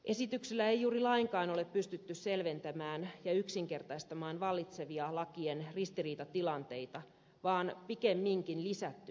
esityksellä ei juuri lainkaan ole pystytty selventämään ja yksinkertaistamaan vallitsevia lakien ristiriitatilanteita vaan pikemminkin lisätty niitä